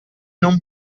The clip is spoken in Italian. non